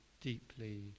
deeply